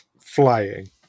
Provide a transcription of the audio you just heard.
flying